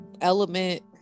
element